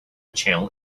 channel